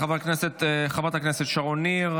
תודה לחברת הכנסת שרון ניר.